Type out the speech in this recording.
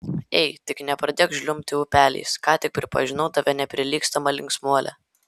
ei tik nepradėk žliumbti upeliais ką tik pripažinau tave neprilygstama linksmuole